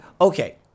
Okay